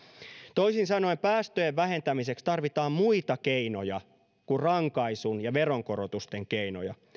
toisin sanoen päästöjen vähentämiseksi tarvitaan muita keinoja kuin rankaisun ja veronkorotusten keinoja